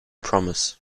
promise